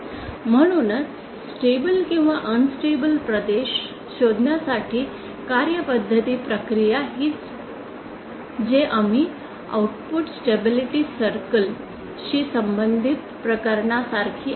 म्हणूनच स्टेबल किंवा अनन्स्टेबल प्रदेश शोधण्यासाठी कार्यपद्धती प्रक्रिया हीच जे आम्ही आऊटपुट स्टेबिलिटी सर्कल शी संबंधित प्रकरणांसारखीच आहे